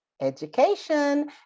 education